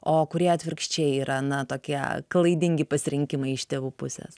o kurie atvirkščiai yra na tokie klaidingi pasirinkimai iš tėvų pusės